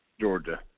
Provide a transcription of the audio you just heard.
Georgia